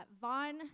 Vaughn